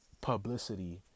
publicity